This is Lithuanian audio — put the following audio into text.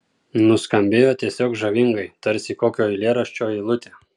nuskambėjo tiesiog žavingai tarsi kokio eilėraščio eilutė